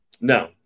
No